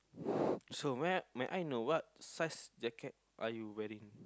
so may may I know what size jacket jacket are you wearing